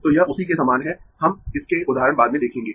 तो यह उसी के समान है हम इसके उदाहरण बाद में देखेंगें